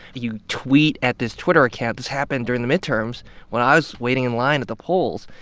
you tweet at this twitter account this happened during the midterms when i was waiting in line at the polls.